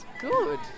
Good